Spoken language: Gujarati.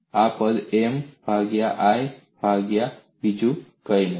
આ પદ M y ભાગ્યા I ભાગ્યા બીજું કંઈ નથી